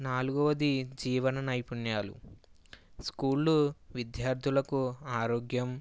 నాలుగోది జీవన నైపుణ్యాలు స్కూలు విద్యార్థులకు ఆరోగ్యం